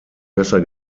besser